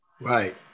Right